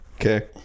Okay